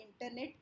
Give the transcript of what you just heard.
internet